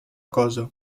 cosa